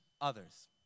others